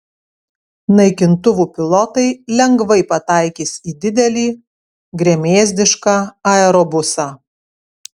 naikintuvų pilotai lengvai pataikys į didelį gremėzdišką aerobusą